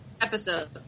episode